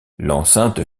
l’enceinte